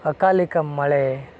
ಅಕಾಲಿಕ ಮಳೆ